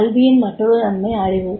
கல்வியின் மற்றொரு நன்மை அறிவு